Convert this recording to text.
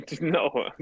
No